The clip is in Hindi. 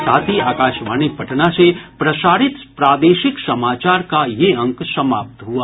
इसके साथ ही आकाशवाणी पटना से प्रसारित प्रादेशिक समाचार का ये अंक समाप्त हुआ